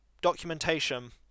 documentation